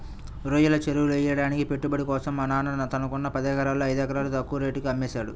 రొయ్యల చెరువులెయ్యడానికి పెట్టుబడి కోసం మా నాన్న తనకున్న పదెకరాల్లో ఐదెకరాలు తక్కువ రేటుకే అమ్మేశారు